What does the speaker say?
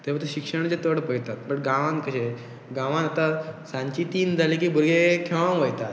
ते प शिक्षणाचे चड पयतात बट गांवांत कशें गांवांत आतां सांची तीन जालीं की भुरगे खेळांंक वयता